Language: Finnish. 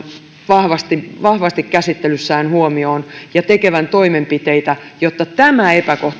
vahvasti vahvasti käsittelyssään huomioon ja tekevän toimenpiteitä jotta tämä epäkohta